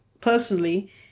personally